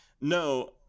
No